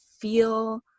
feel